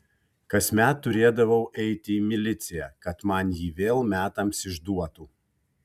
kasmet turėdavau eiti į miliciją kad man jį vėl metams išduotų